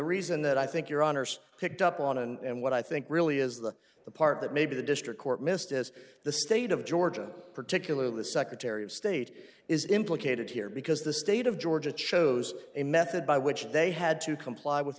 reason that i think your honour's picked up on and what i think really is that the part that maybe the district court missed is the state of georgia particularly the secretary of state is implicated here because the state of georgia chose a method by which they had to comply with the